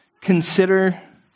consider